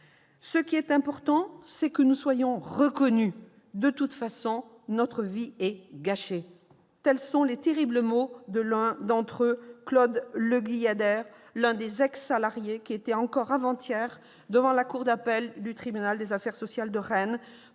Ce qui est important, c'est que nous soyons reconnus. De toute façon, notre vie est gâchée. » Tels sont les terribles mots d'un ex-salarié, Claude Le Guyader, qui était encore avant-hier devant la cour d'appel du tribunal des affaires sociales de Rennes